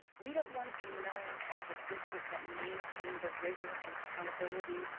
we don't wanna be known as the district that maintained the rigor and accountability,